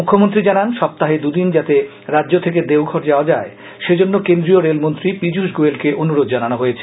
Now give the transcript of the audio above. মুখ্যমন্ত্রী জানান সপ্তাহে দুদিন যাতে রাজ্য থেকে দেওঘর যাওয়া যায় সেজন্য কেন্দ্রীয় রেলমন্ত্রী পীযুষ গোয়েলকে অনুরোধ জানানো হয়েছে